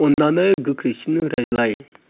अन्नानै गोख्रैसिन रायज्लाय